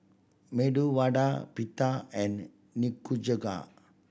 Medu Vada Pita and Nikujaga